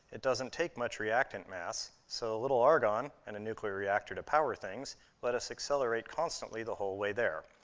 it doesn't take much reactant mass, so a little argon and a nuclear reactor to power things let us accelerate constantly the whole way there.